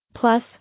Plus